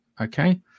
okay